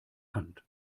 hand